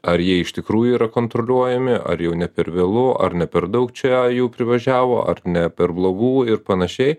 ar jie iš tikrųjų yra kontroliuojami ar jau ne per vėlu ar ne per daug čia jų privažiavo ar ne per blogų ir panašiai